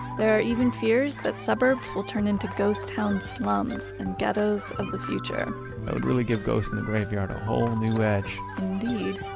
there are even fears that suburbs will turn into ghost town slums and ghettos of the future that would really give ghosts in the graveyard a whole new edge indeed